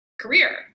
career